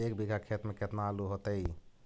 एक बिघा खेत में केतना आलू होतई?